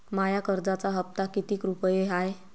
माया कर्जाचा हप्ता कितीक रुपये हाय?